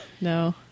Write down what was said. No